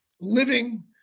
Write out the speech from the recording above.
living